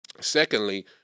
Secondly